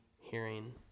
hearing